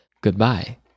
goodbye